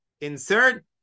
Insert